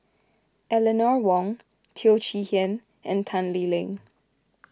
Eleanor Wong Teo Chee Hean and Tan Lee Leng